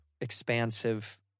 expansive